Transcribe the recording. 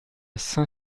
cinq